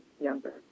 younger